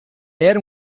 era